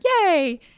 Yay